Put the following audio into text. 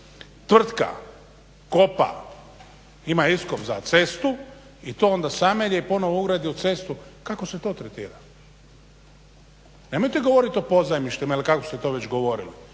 tvrtka kopa, ima iskop za cestu i to onda sama ili je ponovno ugradi u cestu, kako se to tretira? Nemojte govoriti o pozajmištima ili kako ste to već govorili.